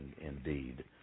indeed